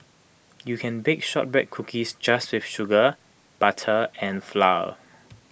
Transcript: you can bake Shortbread Cookies just with sugar butter and flour